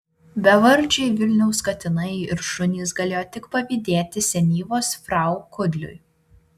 bevardžiai vilniaus katinai ir šunys galėjo tik pavydėti senyvos frau kudliui